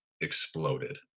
exploded